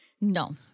No